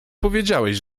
powiedziałeś